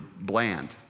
bland